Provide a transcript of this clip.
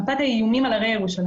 מפת האיומים על הרי ירושלים.